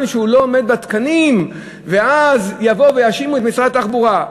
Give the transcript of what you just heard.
שלא עומד בתקנים ואז יבואו ויאשימו את משרד התחבורה.